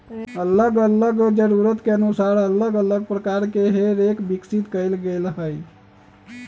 अल्लग अल्लग जरूरत के अनुसार अल्लग अल्लग प्रकार के हे रेक विकसित कएल गेल हइ